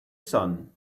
sun